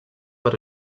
per